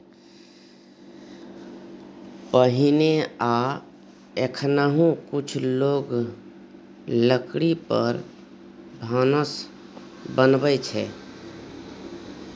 पहिने आ एखनहुँ कुछ लोक लकड़ी पर भानस बनबै छै